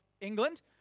England